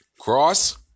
Cross